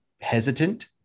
hesitant